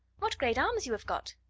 what great arms you have got!